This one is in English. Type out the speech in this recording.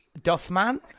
Duffman